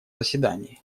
заседании